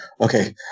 Okay